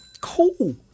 cool